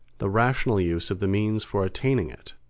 the rational use of the means for attaining it.